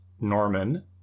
Norman